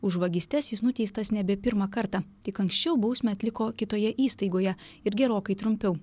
už vagystes jis nuteistas nebe pirmą kartą tik anksčiau bausmę atliko kitoje įstaigoje ir gerokai trumpiau